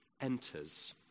enters